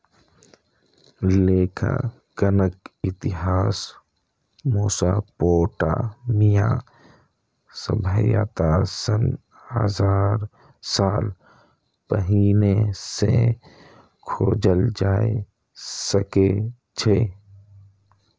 लेखांकनक इतिहास मोसोपोटामिया सभ्यता सं हजार साल पहिने सं खोजल जा सकै छै